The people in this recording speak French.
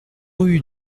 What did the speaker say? rue